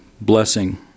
blessing